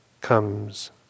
comes